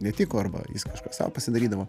netiko arba jis kažką sau pasidarydavo